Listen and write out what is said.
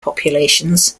populations